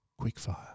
Quickfire